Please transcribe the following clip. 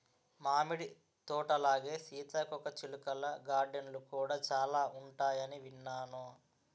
మామిడి తోటలాగే సీతాకోకచిలుకల గార్డెన్లు కూడా చాలా ఉంటాయని విన్నాను